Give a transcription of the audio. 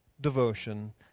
devotion